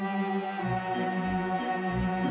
and